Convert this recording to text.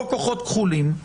או כוחות כחולים,